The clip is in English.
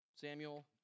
Samuel